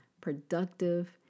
productive